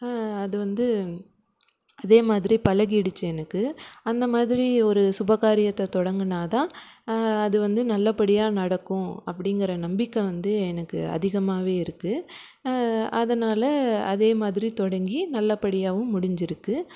அது வந்து அதேமாதிரி பழகிடுத்து எனக்கு அந்தமாதிரி ஒரு சுபகாரியத்தை தொடங்கினாதான் அது வந்து நல்லபடியாக நடக்கும் அப்படிங்குற நம்பிக்கை வந்து எனக்கு அதிகமாகவே இருக்குது அதனால் அதேமாதிரி தொடங்கி நல்லபடியாகவும் முடிஞ்சிருக்குது